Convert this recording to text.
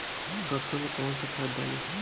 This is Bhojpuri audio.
सरसो में कवन सा खाद डाली?